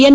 N